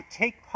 take